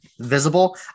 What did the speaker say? visible